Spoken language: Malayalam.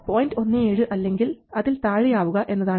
17 അല്ലെങ്കിൽ അതിൽ താഴെ ആവുക എന്നതാണ്